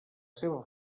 seva